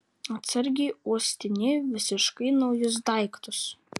atsargiai uostinėju visiškai naujus daiktus